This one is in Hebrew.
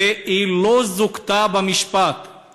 והיא לא זוכתה במשפט,